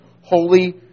Holy